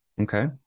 Okay